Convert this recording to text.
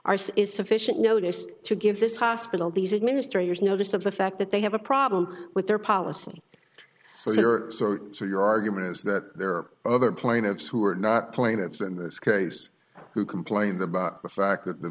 is sufficient notice to give this hospital these administrators notice of the fact that they have a problem with their policy so they are so so your argument is that there are other plaintiffs who are not plaintiffs in this case who complained about the fact that the